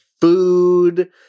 food